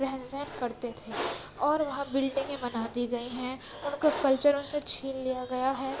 رہن سہن کرتے تھے اور وہاں بلڈنگیں بنا دی گئی ہیں ان کا کلچر ان سے چھین لیا گیا ہے